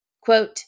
Quote